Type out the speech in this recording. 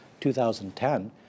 2010